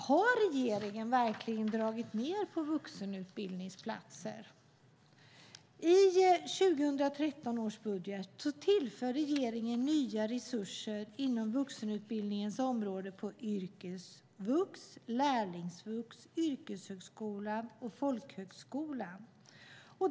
Har regeringen verkligen dragit ned på vuxenutbildningsplatser? I 2013 års budget tillför regeringen nya resurser inom vuxenutbildningens område på yrkesvux, lärlingsvux, yrkeshögskola och folkhögskola.